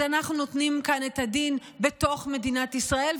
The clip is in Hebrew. אז אנחנו נותנים כאן את הדין בתוך מדינת ישראל,